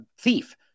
thief